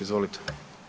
Izvolite.